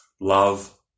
love